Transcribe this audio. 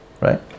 right